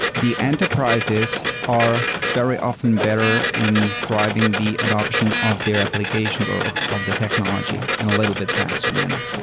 the enterprises are very often better in driving the adaption of their applications or of of the technology in a little bit faster manner.